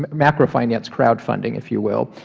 macro finance crowdfunding if you will,